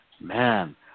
Man